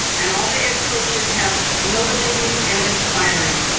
and all the ed coaches have, motivating and inspiring.